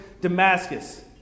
damascus